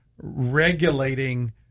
regulating